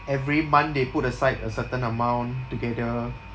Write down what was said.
every month they put aside a certain amount together